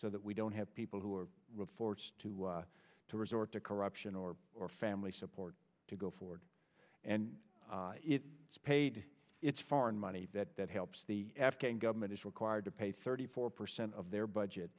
so that we don't have people who are forced to to resort to corruption or or family support to go forward and it is paid its foreign money that helps the afghan government is required to pay thirty four percent of their budget